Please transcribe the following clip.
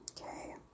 okay